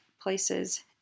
places